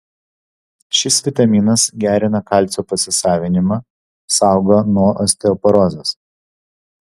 šis vitaminas gerina kalcio pasisavinimą saugo nuo osteoporozės